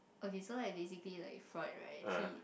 okay so like basically like right he